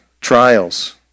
trials